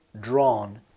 drawn